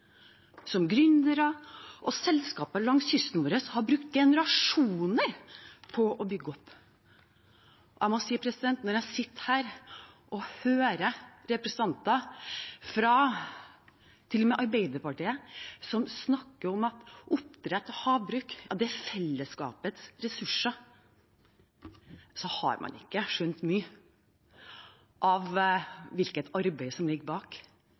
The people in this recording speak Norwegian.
som gründere og selskaper langs kysten vår har brukt generasjoner på å bygge opp. Jeg må si at når jeg sitter her og hører representanter – til og med fra Arbeiderpartiet – snakke om at oppdrett og havbruk er fellesskapets ressurser, har man ikke skjønt mye av hvilket arbeid som ligger bak,